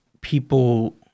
people